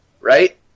Right